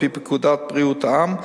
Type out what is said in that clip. על-פי פקודת בריאות העם,